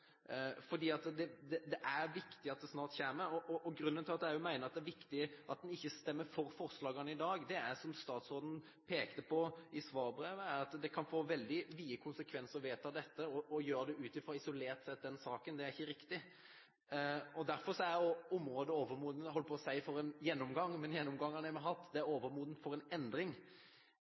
det er viktig at det snart kommer. Grunnen til jeg også mener det er viktig at en ikke stemmer for forslagene i dag, er, som statsråden pekte på i svarbrevet, at det kan få veldig vide konsekvenser å vedta dette – å gjøre det ut fra denne saken isolert sett er ikke riktig. Derfor er området overmodent – holdt jeg på å si – for en gjennomgang, men gjennomgangen har vi hatt; det er overmodent for en endring.